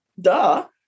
Duh